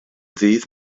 ddydd